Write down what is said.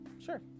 sure